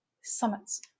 summits